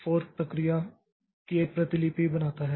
तो यह फोर्क प्रक्रिया की एक प्रतिलिपि बनाता है